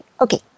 Okay